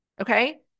okay